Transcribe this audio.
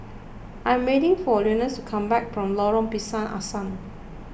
I am waiting for Leonidas to come back from Lorong Pisang Asam